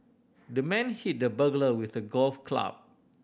the man hit the burglar with the golf club